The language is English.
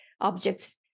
objects